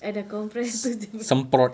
I dah compress tu jer